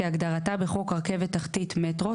כהגדרתה בחוק רכבת תחתית (מטרו),